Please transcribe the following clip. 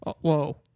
Whoa